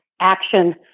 action